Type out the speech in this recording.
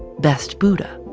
best buddha.